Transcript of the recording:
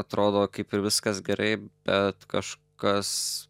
atrodo kaip ir viskas gerai bet kažkas